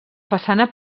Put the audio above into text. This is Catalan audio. façana